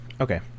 Okay